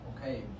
Okay